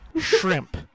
shrimp